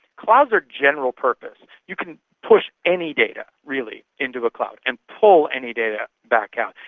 clouds are general purpose. you can push any data really into a cloud and pull any data back out.